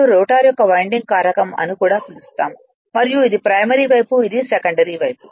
Kw2 rotor యొక్క winding కారకం అని కూడా పిలుస్తాము మరియు ఇది ప్రైమరీ వైపు ఇది సెకండరీ వైపు